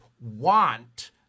want